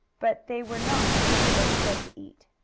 but they were not the kind that is good to eat.